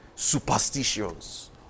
Superstitions